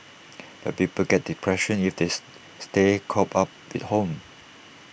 but people get depression if this stay cooped up at home